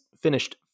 finished